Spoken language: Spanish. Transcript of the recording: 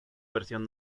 versión